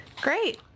Great